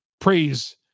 praise